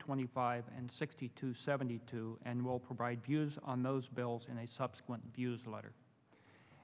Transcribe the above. twenty five and sixty to seventy two and will provide views on those bills in a subsequent views a letter